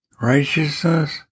righteousness